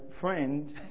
friend